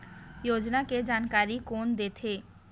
योजना के जानकारी कोन दे थे?